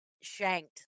shanked